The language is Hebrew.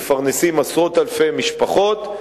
מפרנסים עשרות אלפי משפחות.